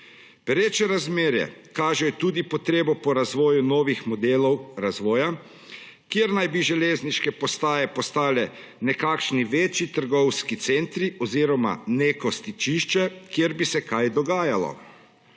Pereče razmere kažejo tudi potrebo po razvoju novih modelov razvoja, kjer naj bi železniške postaje postale nekakšni večji trgovski centri oziroma neko stičišče, kjer bi se kaj dogajalo.